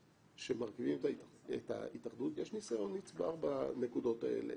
שמרכיבים את ההתאחדות יש ניסיון נצבר בנקודות האלה.